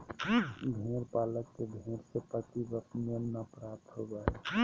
भेड़ पालक के भेड़ से प्रति वर्ष मेमना प्राप्त होबो हइ